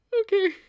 Okay